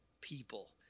people